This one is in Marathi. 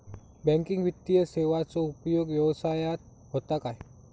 बँकिंग वित्तीय सेवाचो उपयोग व्यवसायात होता काय?